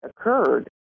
occurred